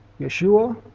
Yeshua